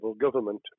government